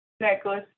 Necklace